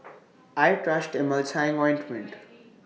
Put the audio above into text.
I Trust Emulsying Ointment